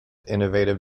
innovative